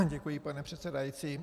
Děkuji, pane předsedající.